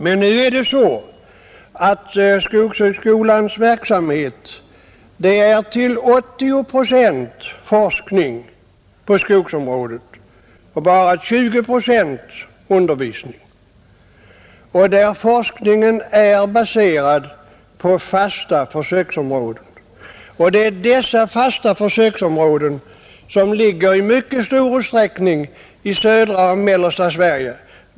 Men skogshögskolans verksamhet är till 80 procent forskning på skogsområdet och till bara 20 procent undervisning, och forskningen är baserad på fasta försöksområden. Dessa områden ligger i mycket stor utsträckning i södra och mellersta Sverige.